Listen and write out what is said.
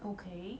okay